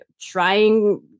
trying